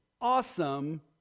awesome